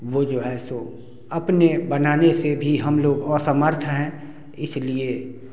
वो जो है सो अपने बनाने से भी हम लोग असमर्थ है इसलिए